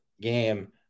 game